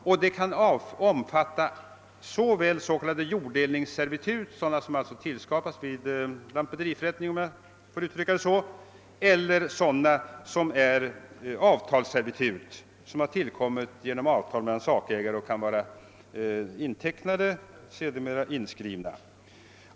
Förfarandet kan omfatta såväl s.k. jorddelningsservitut, alltså sådant servitut, som tillskapas vid lantmäteriförrättning, om jag får uttrycka det så, som avtalsservitut, alltså sådana som tillkommit genom avtal mellan sakägare och kan vara intecknade och framdeles inskrivna.